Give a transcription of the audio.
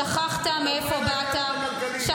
שכחת מאיפה באת -- תדברי על ההתייעלות הכלכלית,